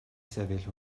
sefyll